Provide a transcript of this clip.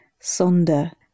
sonder